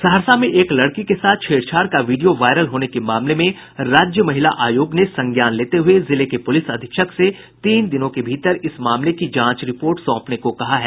सहरसा में एक लड़की के साथ छेड़छाड़ का वीडियो वायरल होने के मामले में राज्य महिला आयोग ने संज्ञान लेते हुये जिले के पुलिस अधीक्षक से तीन दिनों के भीतर इस मामले की जांच रिपोर्ट सौंपने को कहा है